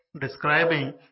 describing